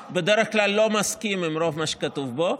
בדרך כלל אני לא מסכים עם רוב מה שכתוב בו.